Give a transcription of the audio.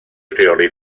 rheoli